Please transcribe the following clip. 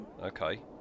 okay